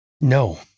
No